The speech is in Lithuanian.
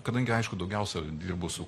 kadangi aišku daugiausia dirbu su